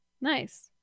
nice